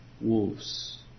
wolves